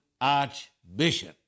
Archbishop